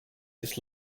this